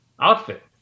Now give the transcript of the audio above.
outfit